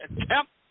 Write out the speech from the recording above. attempt